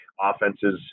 offenses